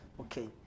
Okay